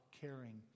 caring